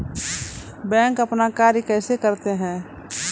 Bank अपन कार्य कैसे करते है?